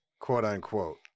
quote-unquote